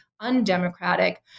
undemocratic